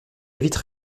vitre